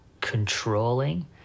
controlling